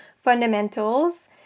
fundamentals